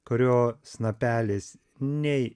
kurio snapelis nei